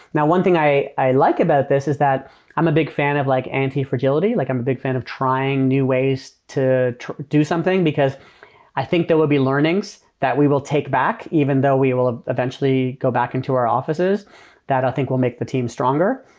now, one thing i i like about this is that i'm a big fan of like anti-fragility. like i'm a big fan of trying new ways to do something, because i think there will be learnings that we will take back even though we will ah eventually go back into our offices that i think will make the team stronger.